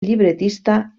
llibretista